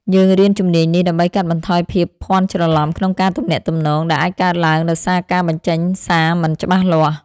យើងរៀនជំនាញនេះដើម្បីកាត់បន្ថយភាពភាន់ច្រឡំក្នុងការទំនាក់ទំនង ដែលអាចកើតឡើងដោយសារការបញ្ចេញសារមិនច្បាស់លាស់។